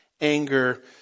anger